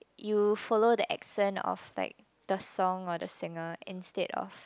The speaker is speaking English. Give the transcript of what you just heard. you follow the accent of like the song or the singer instead of